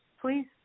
please